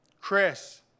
Chris